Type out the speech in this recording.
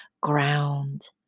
ground